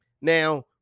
Now